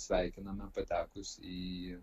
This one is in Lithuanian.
sveikiname patekus į